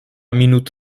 minut